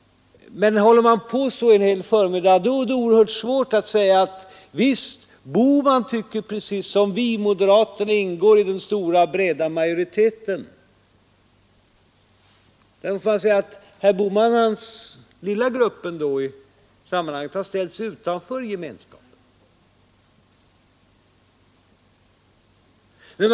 Men håller herr Bohman på så en hel förmiddag, är det oerhört svårt för oss att säga: Visst, herr Bohman tycker precis som vi, moderaterna ingår i den stora breda majoriteten. Herr Bohman och hans lilla grupp i sammanhanget har ställt sig utanför gemenskapen.